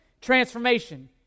transformation